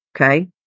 Okay